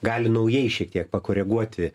gali naujai šiek tiek pakoreguoti